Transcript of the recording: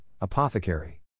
apothecary